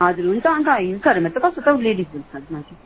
हुन्छ अन्त हिल्सहरूमा कस्तो छ हौ लेडिज हिल्सहरूमा चाहिँ